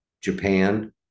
Japan